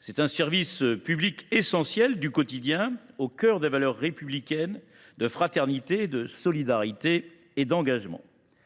Il s’agit d’un service public essentiel du quotidien, au cœur des valeurs républicaines de fraternité, de solidarité et d’engagement.